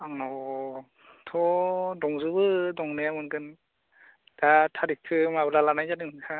आंनावथ' दंजोबो दंनाया मोनगोन दा थारिकखौ माब्ला लानाय जादों नोंथाङा